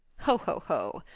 ho, ho, ho.